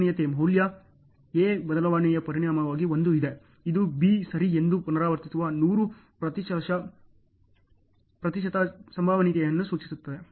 A ಬದಲಾವಣೆಯ ಪರಿಣಾಮವಾಗಿ 1 ಇದೆ ಇದು B ಸರಿ ಎಂದು ಪುನರಾವರ್ತಿಸುವ 100 ಪ್ರತಿಶತ ಸಂಭವನೀಯತೆಯನ್ನು ಸೂಚಿಸುತ್ತದೆ